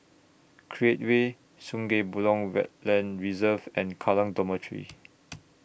Create Way Sungei Buloh Wetland Reserve and Kallang Dormitory